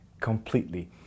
completely